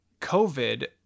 COVID